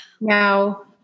Now